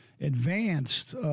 advanced –